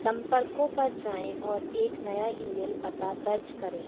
संपर्कों पर जाएँ और एक नया ई मेल पता दर्ज करें